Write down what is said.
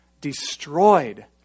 destroyed